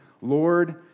Lord